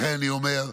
לכן, אני אומר,